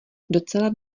docela